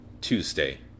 Tuesday